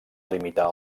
limitar